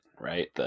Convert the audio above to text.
right